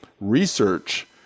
research